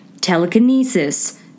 telekinesis